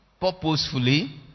purposefully